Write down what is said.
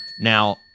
Now